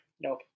Nope